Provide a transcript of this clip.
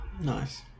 nice